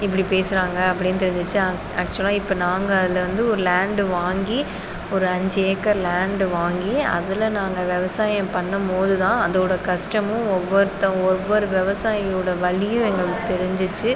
இப்படி பேசுகிறாங்க அப்படின்னு தெரிஞ்சிச்சு ஆக்சுவலாக இப்போ நாங்கள் அதில் வந்து ஒரு லேண்ட் வாங்கி ஒரு அஞ்சு ஏக்கர் லேண்ட் வாங்கி அதில் நாங்கள் விவசாயம் பண்ணும் போது தான் அதோடய கஷ்டமும் ஒவ்வெருத்தவங்க ஒவ்வொரு விவசாயியோடய வலியும் எங்களுக்கு தெரிஞ்சிச்சு